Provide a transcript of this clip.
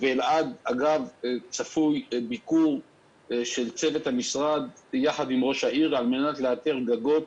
באלעד צפוי ביקור של צוות המשרד יחד עם ראש העיר כדי לאתר גגות